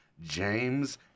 James